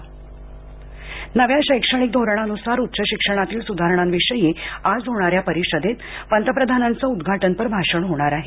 पंतप्रधान शिक्षण नव्या शैक्षणिक धोरणानुसार उच्च शिक्षणातील सुधारणां विषयी आज होणाऱ्या परिषदेत पंतप्रधानांचं उद्घाटनपर भाषण होणार आहे